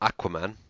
Aquaman